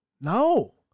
No